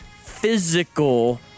physical